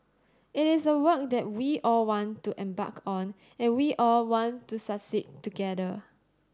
it is a work that we all want to embark on and we all want to succeed together